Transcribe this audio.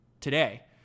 today